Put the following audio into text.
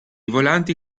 volanti